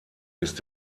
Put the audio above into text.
ist